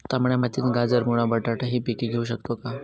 तांबड्या मातीत गाजर, मुळा, बटाटा हि पिके घेऊ शकतो का?